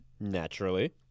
Naturally